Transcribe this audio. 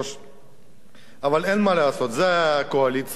אבל אין מה לעשות, זה הקואליציה, זאת הממשלה,